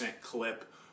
clip